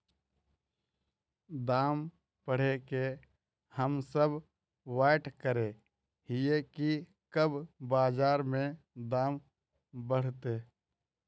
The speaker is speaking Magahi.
दाम बढ़े के हम सब वैट करे हिये की कब बाजार में दाम बढ़ते?